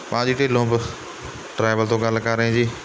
ਭਾਅ ਜੀ ਢਿੱਲੋ ਬ ਟਰੈਵਲ ਤੋਂ ਗੱਲ ਕਰ ਰਹੇ ਜੀ